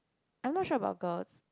I'm not sure about girls